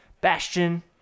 Bastion